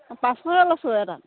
অঁ পাঁচশকৈ লৈছোঁ এটাত